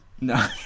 No